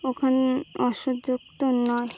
ওখান অসহযুক্ত নয়